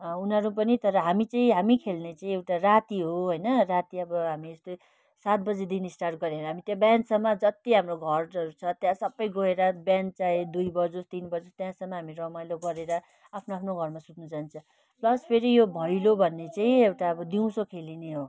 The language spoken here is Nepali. उनीहरू पनि तर हामी चाहिँ हामी खेल्ने चाहिँ एउटा राति हो होइन राति अब हामी यस्तै सात बजेदेखि स्टार्ट गरेर हामी त्यहाँ बिहानसम्म जति हाम्रो घरहरू छ त्यहाँ सबै गएर बिहान चाहे दुई बजोस् तिन बजोस् त्यहाँसम्म हामी रमाइलो गरेर आफ्नो आफ्नो घरमा सुत्नु जान्छ प्लस फेरि यो भैलो भन्ने चाहिँ एउटा अब दिउँसो खेलिने हो